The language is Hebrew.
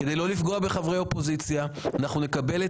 כדי לא לפגוע בחברי אופוזיציה אנחנו נקבל את